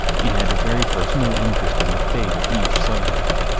he had a very personal interest in the fate of each subject.